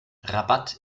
rabat